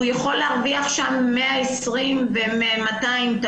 הוא יכול להרוויח שם 120 שקלים ו-200 שקלים לשעה,